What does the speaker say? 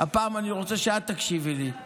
הפעם אני רוצה שאת תקשיבי לי.